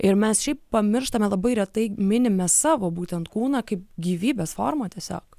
ir mes šiaip pamirštame labai retai minime savo būtent kūną kaip gyvybės formą tiesiog